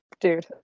dude